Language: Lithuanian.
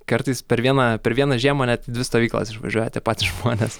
kartais per vieną per vieną žiemą net į dvi stovyklas išvažiuoja tie patys žmonės